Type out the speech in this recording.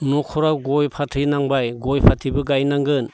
न'खराव गय फाथै नांबाय गय फाथैबो गायनांगोन